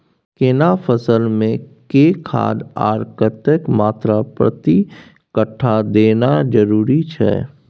केना फसल मे के खाद आर कतेक मात्रा प्रति कट्ठा देनाय जरूरी छै?